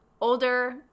older